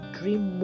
dream